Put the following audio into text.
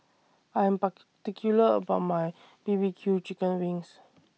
I Am particular about My B B Q Chicken Wings